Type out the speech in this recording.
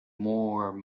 more